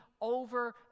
over